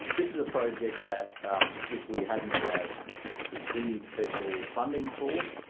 this is a project that if we hadn't have received federal funding for